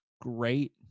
great